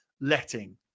letting